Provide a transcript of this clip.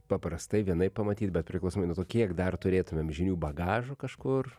paprastai vienaip pamatyt bet priklausomai nuo to kiek dar turėtumėm žinių bagažų kažkur